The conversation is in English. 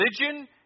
religion